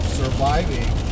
surviving